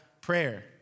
prayer